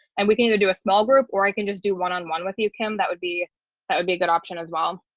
and we can either do a small group or i can just do one on one with you, kim, that would be that would be a good option as well.